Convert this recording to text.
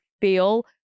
feel